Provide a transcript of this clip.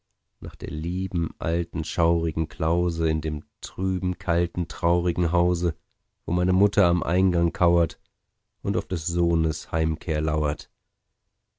nach der lieben alten schaurigen klause in dem trüben kalten traurigen hause wo meine mutter am eingang kaurt und auf des sohnes heimkehr